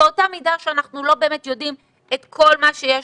באותה מידה שאנחנו לא באמת יודעים את כל מה שיש